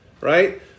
right